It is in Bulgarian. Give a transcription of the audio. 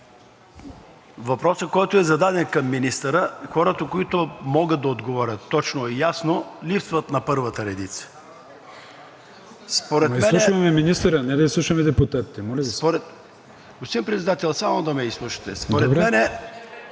въпросът, който е зададен към министъра, и хората, които могат да отговорят точно и ясно, липсват на първата редица. Според мен…